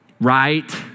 Right